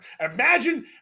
Imagine